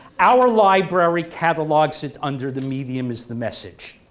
our library catalogue sits under the medium is the message,